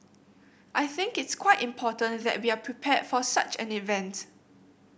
I think it's quite important that we are prepared for such an event